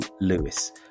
Lewis